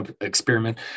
experiment